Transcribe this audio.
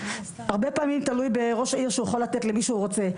הרבה פעמים תלוי בראש העיר שיכול לתת למי שהוא רוצה.